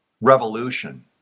revolution